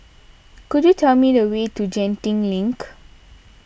could you tell me the way to Genting Link